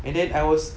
and then I was